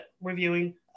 reviewing